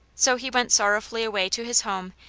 so he went sorrowfully away to his home,